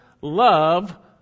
love